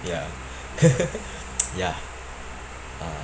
ya ya uh